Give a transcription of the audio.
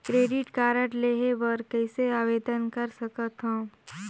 Credit card लेहे बर कइसे आवेदन कर सकथव?